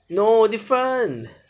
no different